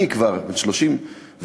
אני כבר בן 38,